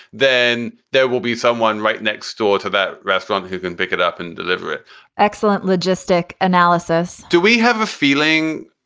then there will be someone right next door to that restaurant who can pick it up and deliver it excellent logistic analysis do we have a feeling?